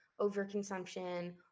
overconsumption